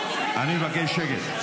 אני מבקש שקט.